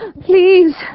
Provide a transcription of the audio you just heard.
Please